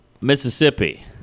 Mississippi